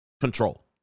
control